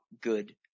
good